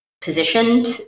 positioned